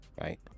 Right